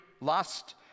lust